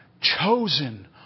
Chosen